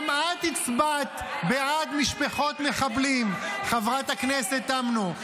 גם את הצבעת בעד משפחות מחבלים, חברת הכנסת תמנו.